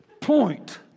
point